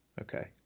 Okay